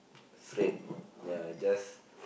straight ya just